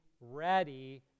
ready